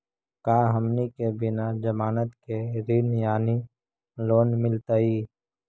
का हमनी के बिना जमानत के ऋण यानी लोन मिलतई?